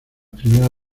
primera